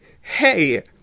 hey